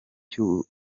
cy’u